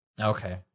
Okay